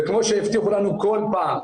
וכמו שהבטיחו לנו כל פעם,